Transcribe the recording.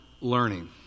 learning